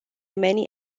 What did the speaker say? many